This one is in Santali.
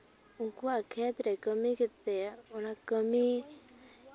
ᱩᱱᱠᱩᱣᱟᱜ ᱠᱷᱮᱛ ᱨᱮᱭᱟᱜ ᱠᱟᱹᱢᱤ ᱠᱟᱛᱮᱫ ᱚᱱᱟ ᱠᱟᱹᱢᱤ